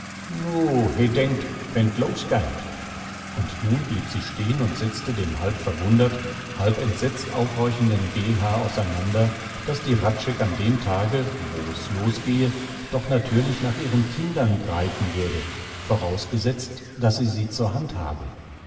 he denkt wenn't los geiht und nun blieb sie stehn und setzte dem halb verwundert halb entsetzt aufhorchenden geelhaar auseinander daß die hradscheck an dem tage wo's los gehe doch natürlich nach ihren kindern greifen würde vorausgesetzt daß sie sie zur hand habe